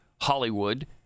Hollywood